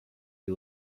you